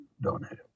donated